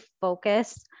focus